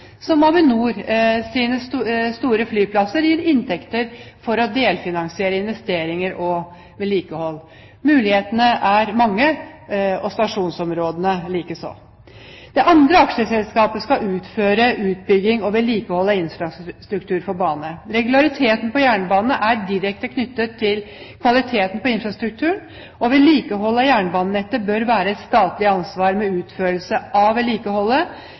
som Avinors store flyplasser gir inntekter for å delfinansiere investeringer og vedlikehold. Mulighetene er mange, og stasjonsområdene likeså. Det andre aksjeselskapet skal utføre utbygging og vedlikehold av infrastruktur for bane. Regulariteten på jernbanen er direkte knyttet til kvaliteten på infrastrukturen. Vedlikeholdet av jernbanenettet bør være et statlig ansvar, men utførelsen av vedlikeholdet